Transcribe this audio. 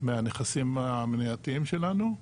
מהנכסים המנייתיים שלנו,